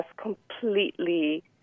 completely